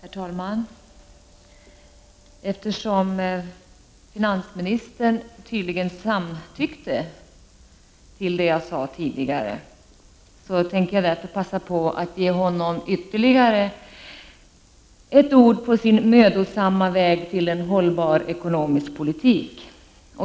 Herr talman! Eftersom finansministern tydligen samtyckte till det jag sade tidigare, tänker jag passa på att ge honom ytterligare ett ord på hans mödosamma väg till en hållbar ekonomisk politik.